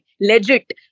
legit